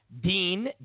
Dean